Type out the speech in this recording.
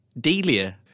Delia